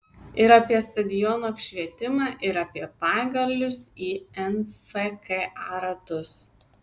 ir apie stadionų apšvietimą ir apie pagalius į nfka ratus